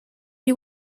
you